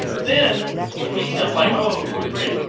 then speaking of like, oh, who was great?